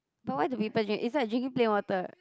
but why do people drink is like drinking plain water